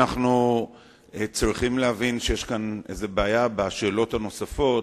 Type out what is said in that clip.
אנו צריכים להבין שיש כאן בעיה בשאלות הנוספות,